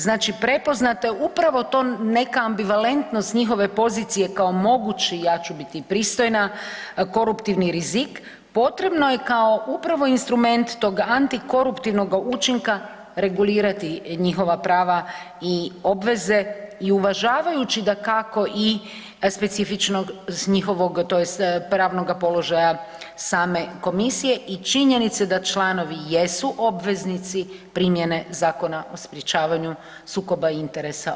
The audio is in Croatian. Znači prepoznato je upravo to neka ambivalentnost njihove pozicije kao mogući ja ću biti pristojna koruptivni rizik, potrebno je kao upravo instrument tog antikoruptivnoga učinka regulirati njihova prava i obveze i uvažavajući dakako i specifičnost njihovog tj. pravnoga položaja same komisije i činjenice da članovi jesu obveznici primjene Zakona o sprječavanju sukoba interesa.